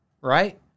right